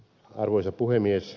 arvoisa puhemies